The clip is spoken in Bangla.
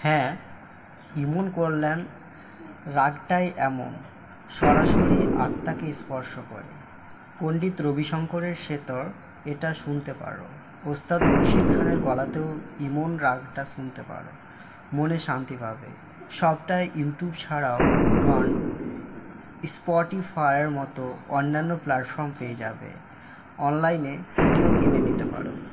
হ্যাঁ ইমন কল্যাণ রাগটাই এমন সরাসরি আত্মাকে স্পর্শ করে পণ্ডিত রবি শঙ্করের সেতর এটা শুনতে পারো উস্তাদ রশিদ খানের গলাতেও ইমন রাগটা শুনতে পারো মনে শান্তি পাবে সবটাই ইউটিউব ছাড়াও গান স্পটিফাইয়ের মতো অন্যান্য প্ল্যাটফর্ম পেয়ে যাবে অনলাইনে সিডিও কিনে নিতে পারো